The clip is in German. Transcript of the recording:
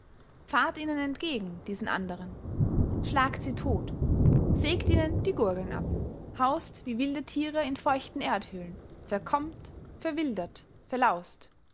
fahrt ihnen entgegen diesen anderen schlagt sie tot sägt ihnen die gurgeln ab haust wie wilde tiere in feuchten erdhöhlen verkommt verwildert verlaust